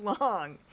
long